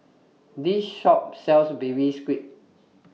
This Shop sells Baby Squid